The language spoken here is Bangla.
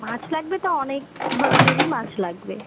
মাছ লাগবে তো অনেক ধরনেরই মাছ লাগবে